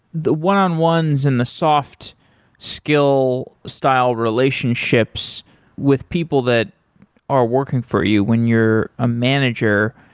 the one on ones and the soft skill style relationships with people that are working for you when you're a manager,